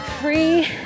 free